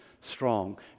strong